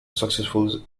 successful